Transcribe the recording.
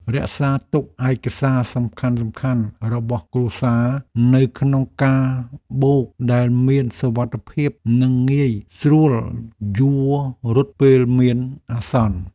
រក្សាទុកឯកសារសំខាន់ៗរបស់គ្រួសារនៅក្នុងកាបូបដែលមានសុវត្ថិភាពនិងងាយស្រួលយួររត់ពេលមានអាសន្ន។